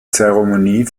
zeremonie